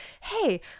hey